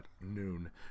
noon